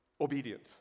obedient